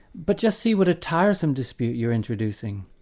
but just see what a tiresome dispute you're introducing.